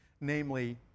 namely